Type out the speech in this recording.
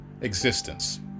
existence